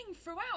throughout